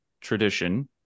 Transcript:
tradition